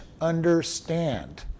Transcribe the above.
understand